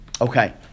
Okay